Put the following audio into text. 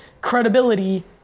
credibility